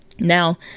Now